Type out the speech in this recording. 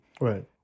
right